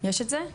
יש את זה?